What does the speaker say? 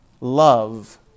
love